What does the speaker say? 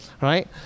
Right